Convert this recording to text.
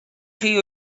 chi